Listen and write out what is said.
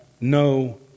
no